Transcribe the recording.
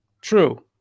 True